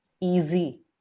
easy